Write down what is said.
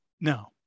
No